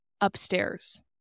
upstairs